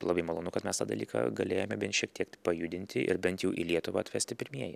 labai malonu kad mes tą dalyką galėjome bent šiek tiek pajudinti ir bent jau į lietuvą atvesti pirmieji